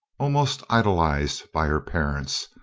almost idolized by her parents,